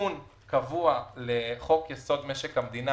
תיקון קבוע לחוק יסוד: משק המדינה,